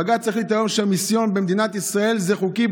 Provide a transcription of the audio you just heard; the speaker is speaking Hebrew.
בג"ץ החליט היום שהמיסיון במדינת ישראל זה חוקי,